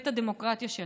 לאנרכיה,